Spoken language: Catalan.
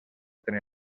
tenir